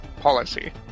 policy